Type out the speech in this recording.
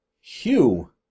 Hugh